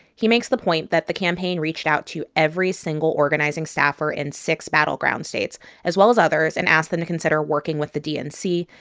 he makes the point that the campaign reached out to every single organizing organizing staffer in six battleground states as well as others and asked them to consider working with the dnc.